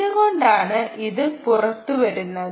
എന്തുകൊണ്ടാണ് ഇത് പുറത്തുവരുന്നത്